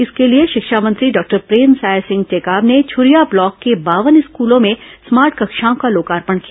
इसके लिए शिक्षा मंत्री डॉक्टर प्रेमसाय सिंह टेकाम ने छरिया ब्लॉक के बावन स्कूलों में स्मार्ट कक्षाओं का लोकार्पण किया